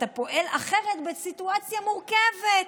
אתה פועל אחרת בסיטואציה מורכבת.